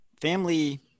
family